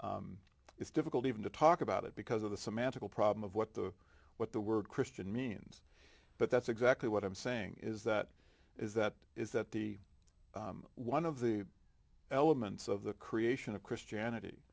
it's it's difficult even to talk about it because of the semantical problem of what the what the word christian means but that's exactly what i'm saying is that is that is that the one of the elements of the creation of christianity